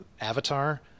Avatar